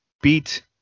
beat